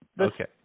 okay